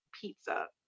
pizza